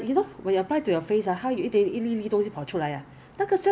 不可以 just 放住 and you know expire expire 东西 I don't 最好